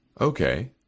Okay